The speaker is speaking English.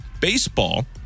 baseball